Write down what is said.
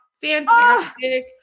fantastic